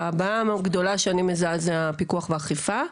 הבעיה הגדולה שאני מזהה זה בפיקוח ואכיפה.